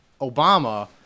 Obama